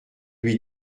lui